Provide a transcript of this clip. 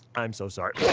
i'm so sorry.